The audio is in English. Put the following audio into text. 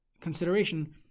consideration